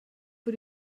für